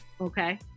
Okay